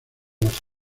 las